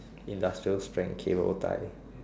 industrial strength cable tie